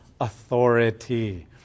authority